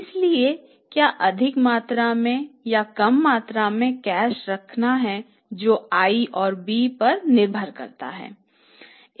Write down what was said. इसलिए क्या अधिक मात्रा में या कम मात्रा में कैश रखना है जो i और b पर निर्भर करता है